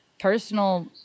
personal –